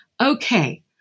Okay